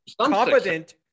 competent